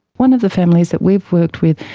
one of the families that we worked with,